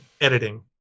editing